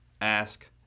ask